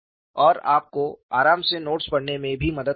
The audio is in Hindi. और आपको आराम से नोट्स पढ़ने में भी मदद करेगा